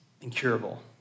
incurable